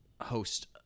Host